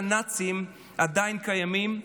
מסתבר שהנאצים עדיין קיימים,